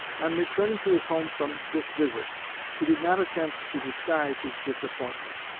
on returning to his home from this visit he did not attempt to disguise his disappointment.